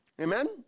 Amen